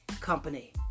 Company